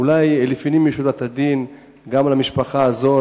אולי לפנים משורת הדין גם למשפחה הזאת,